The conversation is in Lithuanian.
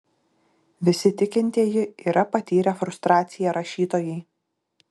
visi tikintieji yra patyrę frustraciją rašytojai